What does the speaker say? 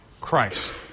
Christ